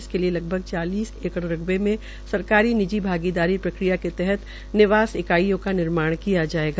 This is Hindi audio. इसके लिए लगभग चालीस एकड़ रकबे में सरकारी निजी भागीदारी प्रक्रिया के तहत निवास इकाइयों का निर्माण किया जायेगा